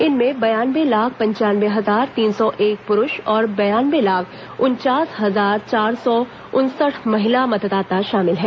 इनमें बयानवे लाख पंचानवे हजार तीन सौ एक पुरूष और बयानवे लाख उनचास हजार चार सौ उनसठ महिला मतदाता शामिल हैं